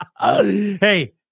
Hey